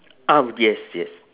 um yes yes